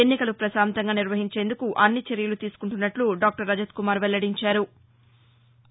ఎన్నికలు ప్రశాంతంగా నిర్వహించేందుకు అన్ని చర్యలు తీసుకుంటున్నట్లు డాక్టర్ రజత్ కుమార్ వెల్లడించారు